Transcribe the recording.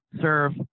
serve